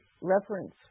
reference